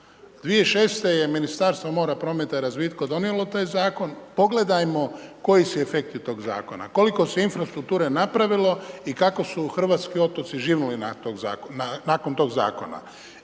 2006. je Ministarstvo mora, prometa i razvitka donijelo taj zakon. Pogledajmo koji su efekti tog zakona, koliko se infrastrukture napravilo i kako su hrvatski otoci živnuli nakon tog zakona.